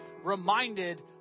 Reminded